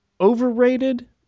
overrated